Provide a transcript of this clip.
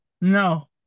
No